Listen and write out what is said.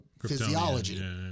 physiology